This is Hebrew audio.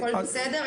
הכול בסדר,